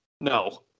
No